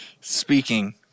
Speaking